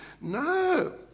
No